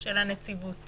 של הנציבות